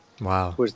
Wow